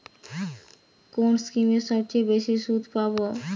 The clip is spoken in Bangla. কোন স্কিমে সবচেয়ে বেশি সুদ পাব?